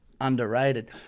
underrated